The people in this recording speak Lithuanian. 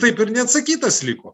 taip ir neatsakytas liko